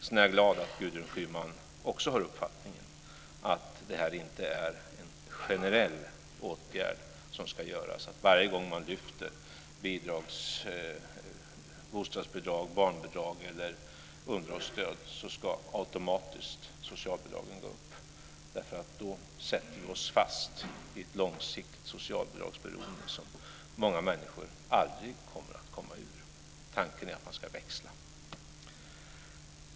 Jag är glad att också Gudrun Schyman har den uppfattningen att det inte generellt ska vara så att varje gång man lyfter bostadsbidrag, barnbidrag eller underhållsstöd ska socialbidragen automatiskt gå upp. Då sätter vi oss fast i ett långsiktigt socialbidragsberoende, som många människor aldrig kommer ut ur. Tanken är den att man ska växla.